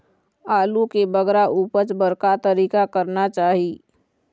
आलू के बगरा उपज बर का तरीका करना चाही?